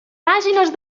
pàgines